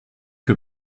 que